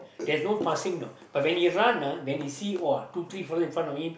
there's no passing know but when he run ah when he see !wah! two three fella in front of him